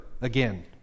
again